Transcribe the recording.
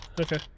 okay